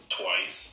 twice